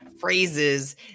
phrases